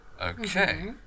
okay